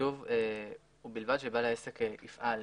כתוב "ובלבד שבעל העסק יפעל".